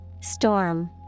Storm